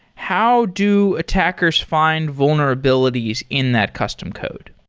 how do attackers find vulnerabilities in that custom code?